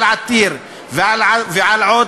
ועל עתיר,